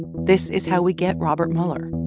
this is how we get robert mueller.